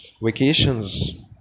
vacations